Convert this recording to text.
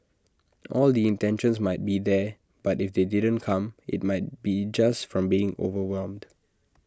all the intentions might be there but if they didn't come IT might be just from being overwhelmed